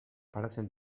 parecen